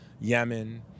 Yemen